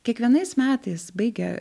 kiekvienais metais baigę